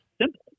simple